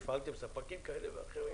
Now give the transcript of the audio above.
והפעלתם ספקים כאלה ואחרים.